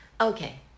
Okay